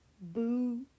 boo